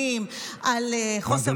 על מוסדות תורניים,